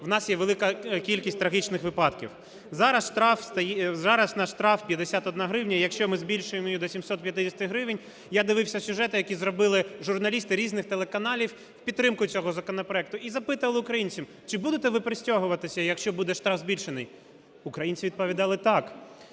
в нас є велика кількість трагічних випадків. Зараз наш штраф – 51 гривня. Якщо ми збільшимо його до 750 гривень, я дивився сюжети, які зробили журналісти різних телеканалів у підтримку цього законопроекту і запитували українців: чи будете ви пристібатися, якщо буде штраф збільшений? Українці відповідали: так.